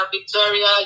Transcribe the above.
Victoria